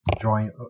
join